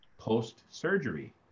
post-surgery